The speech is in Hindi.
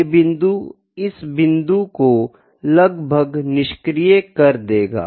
ये बिंदु इस बिंदु को लगभग निष्क्रिय कर देगा